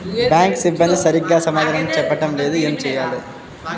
Bank సిబ్బంది సరిగ్గా సమాధానం చెప్పటం లేదు ఏం చెయ్యాలి?